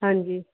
ਹਾਂਜੀ